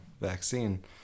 vaccine